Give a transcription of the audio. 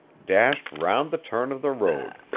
dashed round the turn of the road.